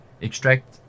extract